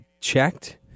checked